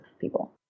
people